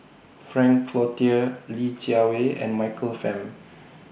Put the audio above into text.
Frank Cloutier Li Jiawei and Michael Fam